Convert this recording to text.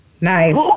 Nice